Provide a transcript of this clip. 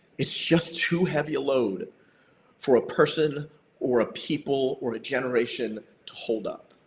it's just too heavy a load for a person or a people, or a generation to hold up.